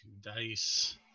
dice